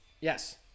Yes